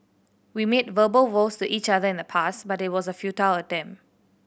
we made verbal vows to each other in the past but it was a futile attempt